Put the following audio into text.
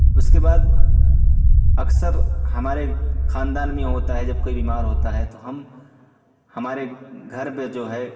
اس کے بعد اکثر ہمارے خاندان میں یہ ہوتا ہے جب کوئی بیمار ہوتا ہے تو ہم ہمارے گھر پہ جو ہے